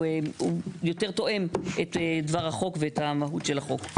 יותר תואם את דבר החוק ואת המהות של החוק.